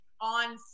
on